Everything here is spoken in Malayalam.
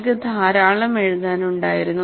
നിങ്ങൾക്ക് ധാരാളം എഴുതാനുണ്ടായിരുന്നു